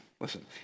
listen